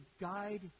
guide